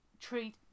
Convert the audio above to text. treat